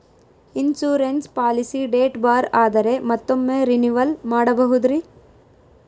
Insurance policy date ಬಾರ್ ಆದರೆ ಮತ್ತೊಮ್ಮೆ ರಿನಿವಲ್ ಮಾಡಬಹುದ್ರಿ?